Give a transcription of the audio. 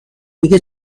میگه